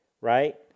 right